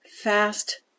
fast